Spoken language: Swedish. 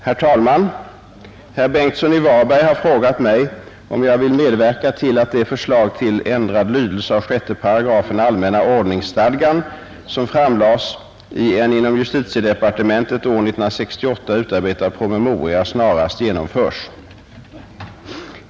Herr talman! Herr Karl Bengtsson i Varberg har frågat mig, om jag vill medverka till att det förslag till ändrad lydelse av 6 § allmänna ordningsstadgan som framlades i en inom justitiedepartementet år 1968 utarbetad promemoria snarast genomförs.